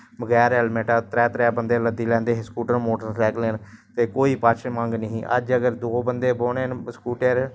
बगैर हैलमटै त्रै त्रै बंदे लद्दी लैंदे हे स्कूटर मोटर सैकलें पर ते कुछ पुच्छ मंग नेंई ही ते अज्ज अगर दो बंदे बौह्ने न स्कूटरे पर